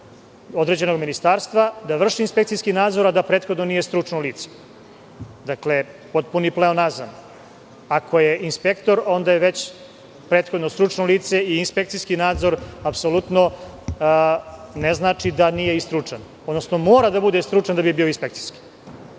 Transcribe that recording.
određenog ministarstva da vrši inspekcijski nadzor a da prethodno nije stručno lice. Dakle, potpuni pleonazam. Ako je inspektor, onda je već prethodno stručno lice i inspekcijski nadzor apsolutno ne znači da nije i stručan, odnosno mora da bude stručan da bi bio inspekcijski.